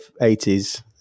80s